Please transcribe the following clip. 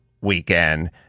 weekend